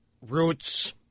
roots